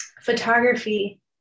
photography